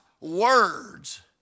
words